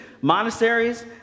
Monasteries